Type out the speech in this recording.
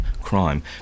crime